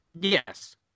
Yes